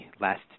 last